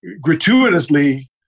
gratuitously